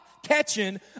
Catching